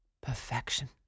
perfection